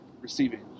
receiving